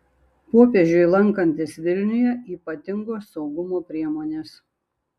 popiežiui lankantis vilniuje ypatingos saugumo priemonės